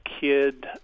kid